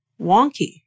wonky